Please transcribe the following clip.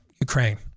Ukraine